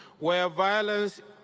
where violence